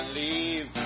leave